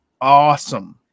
awesome